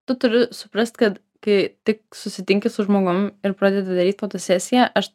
tu turi suprast kad kai tik susitinki su žmogum ir pradedi daryt fotosesiją aš